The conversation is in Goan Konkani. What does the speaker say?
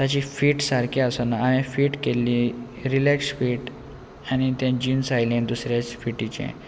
ताची फीट सारकी आसना हांवें फीट घेतली रिलेक्स फीट आनी तें जिन्स आयलें दुसऱ्या फिटीचें